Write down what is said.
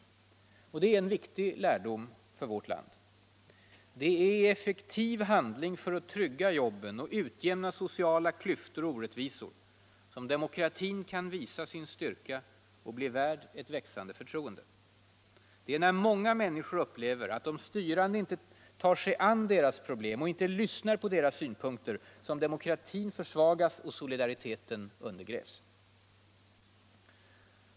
Det är en viktig lärdom för vårt land. Det är i effektiv handling för att trygga jobben och utjämna sociala klyftor och orättvisor som demokratin kan visa sin styrka och bli värd ett växande förtroende. Det är när många människor upplever att de styrande inte tar sig an deras problem och inte lyssnar på deras synpunkter som demokratin försvagas och solidariteten undergrävs.